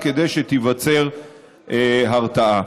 כדי שתיווצר הרתעה.